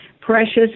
precious